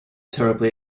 terribly